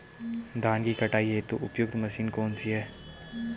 धान की कटाई हेतु उपयुक्त मशीन कौनसी है?